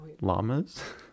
Llamas